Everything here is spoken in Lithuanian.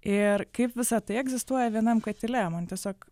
ir kaip visa tai egzistuoja vienam katile man tiesiog